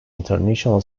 international